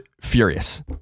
furious